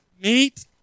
meet